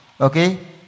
okay